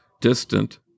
distant